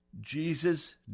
Jesus